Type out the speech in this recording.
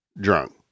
drunk